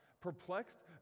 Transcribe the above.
perplexed